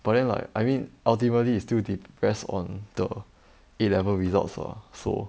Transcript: but then like I mean ultimately it still depends on the A level results ah so